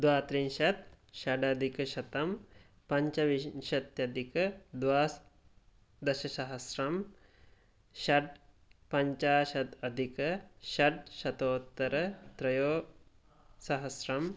द्वात्रिंशत् षडधिकशतं पञ्चविंशत्यधिक द्वादश सहस्रं षट्पञ्चाशत् अधिक षट् शतोत्तर त्रिसहस्रम्